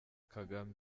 kagame